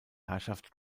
herrschaft